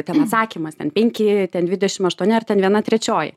ten atsakymas ten penki ten dvidešim aštuoni ar ten viena trečioji